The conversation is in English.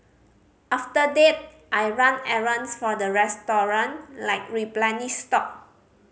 after that I run errands for the restaurant like replenish stock